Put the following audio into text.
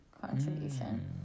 contribution